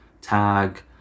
tag